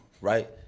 right